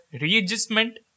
readjustment